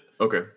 Okay